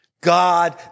God